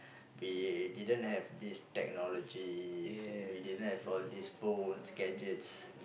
we didn't have these technologies we didn't have all these phones gadgets